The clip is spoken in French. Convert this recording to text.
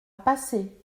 pacé